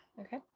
Okay